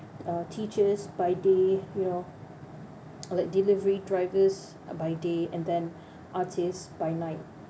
are teachers by day you know or like delivery drivers by day and then artists by night